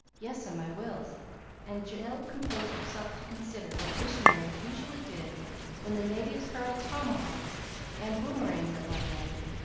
yes, m, i will and jill composed herself to consider what missionaries usually did when the natives hurled tomahawks and boomerangs at one another,